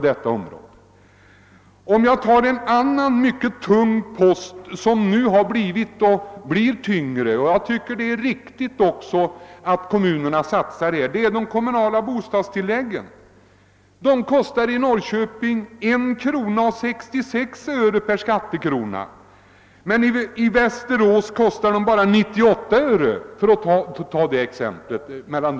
Jag kan ta en annan mycket tung post, som nu har blivit ännu tyngre — jag tycker det är riktigt att kommunerna här gör en satsning — nämligen de kommunala bostadstilläggen. I Norrköping uppgick kostnaderna härför till 1:66 kronor per skattekrona, medan de i Västerås var 98 öre per skattekrona.